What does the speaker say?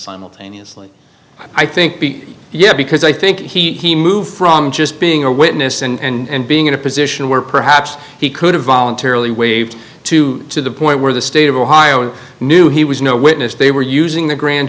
simultaneously i think b yeah because i think he moved from just being a witness and being in a position where perhaps he could have voluntarily waived to to the point where the state of ohio knew he was no witness they were using the grand